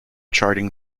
charting